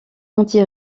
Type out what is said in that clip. anti